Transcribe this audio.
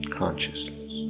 consciousness